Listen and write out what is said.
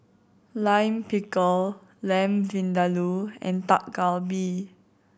Lime Pickle Lamb Vindaloo and Dak Galbi